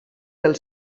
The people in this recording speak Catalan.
del